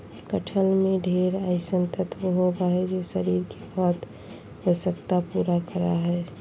कटहल में ढेर अइसन तत्व होबा हइ जे शरीर के बहुत आवश्यकता पूरा करा हइ